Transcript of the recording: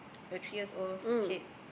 a three years old kid